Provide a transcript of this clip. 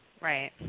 Right